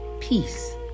peace